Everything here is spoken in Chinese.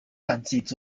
传记